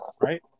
right